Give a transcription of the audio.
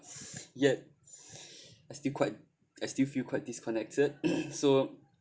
yet I still quite I still feel quite disconnected so